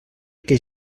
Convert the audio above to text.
que